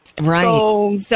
Right